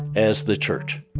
as the church.